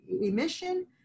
emission